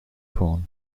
corn